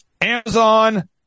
Amazon